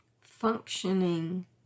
functioning